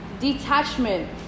detachment